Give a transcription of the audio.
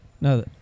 No